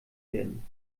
werden